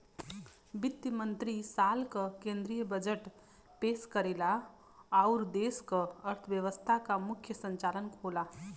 वित्त मंत्री साल क केंद्रीय बजट पेश करेला आउर देश क अर्थव्यवस्था क मुख्य संचालक होला